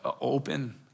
open